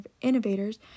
innovators